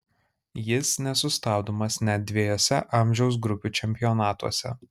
jis nesustabdomas net dviejuose amžiaus grupių čempionatuose